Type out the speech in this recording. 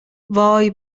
وای